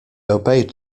obeyed